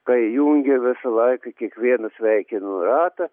kai įjungia visą laiką kiekvienu sveikinu ratą